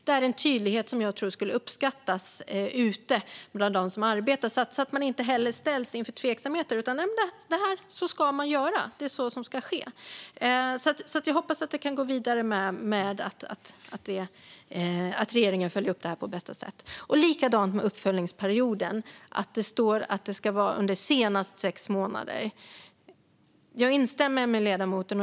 Det är en tydlighet som jag tror skulle uppskattas ute bland dem som arbetar, så att de inte ställs inför tveksamheter. Då vet de vad man ska göra och vad som ska ske. Jag hoppas att regeringen följer upp detta på bästa sätt. Likadant är det med uppföljningsperioden. Det står: "senast efter sex månader". Jag instämmer med ledamoten.